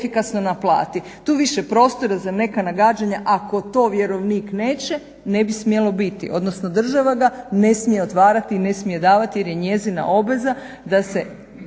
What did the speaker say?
Tu više prostora za neka nagađanja ako to vjerovnik neće ne bi smjelo biti odnosno država ga ne smije otvarati i ne smije davati jer je njezina obveza da se